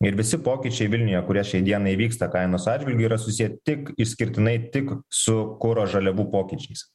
ir visi pokyčiai vilniuje kurie šiai dienai vyksta kainos atžvilgiu yra susieti tik išskirtinai tik su kuro žaliavų pokyčiais